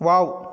wow